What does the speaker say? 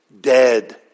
dead